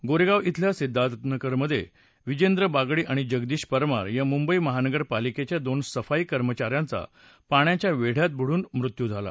गोरेगाव इथल्या सिद्धार्थनगरमधधधिजेंद्र बागडी आणि जगदीश परमार या मुंबई महानगरपालिकेच्या दोन सफाई कर्मचा यांचा पाण्याच्या वेढ्यात ब्रुडुन मृत्यू झाला